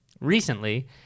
Recently